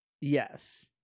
Yes